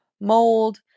mold